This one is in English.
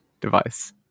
device